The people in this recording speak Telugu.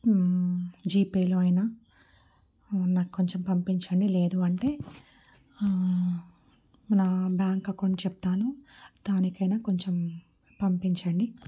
జీపేలో అయిన నాకు కొంచెం పంపించండి లేదు అంటే నా బ్యాంక్ అకౌంట్ చెప్తాను దానికి అయినా కొంచెం పంపించండి